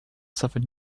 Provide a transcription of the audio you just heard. suffered